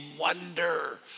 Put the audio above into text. wonder